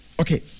Okay